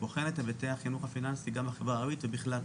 שבוחן את היבטי החינוך הפיננסי גם בחברה הערבית ובכלל.